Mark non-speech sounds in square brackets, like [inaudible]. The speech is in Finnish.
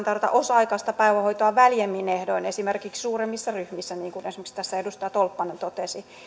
[unintelligible] tarjota osa aikaista päivähoitoa väljemmin ehdoin esimerkiksi suuremmissa ryhmissä niin kuin esimerkiksi tässä edustaja tolppanen totesi